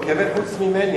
הוא התכוון חוץ ממני,